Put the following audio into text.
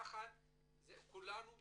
אומר שכולנו מהודו,